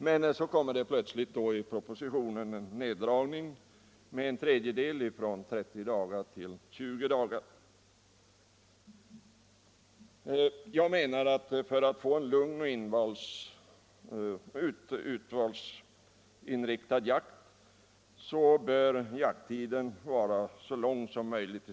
Men så föreslås det plötsligt i propositionen en neddragning av jakttiden med en tredjedel, från 30 till 20 dagar. För att få en lugn och urvalsinriktad jakt bör jakttiden enligt min mening vara så lång som möjligt.